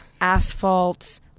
asphalt